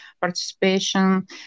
participation